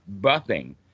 buffing